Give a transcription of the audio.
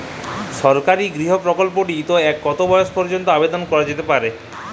সরকারি গৃহ প্রকল্পটি তে কত বয়স পর্যন্ত আবেদন করা যেতে পারে?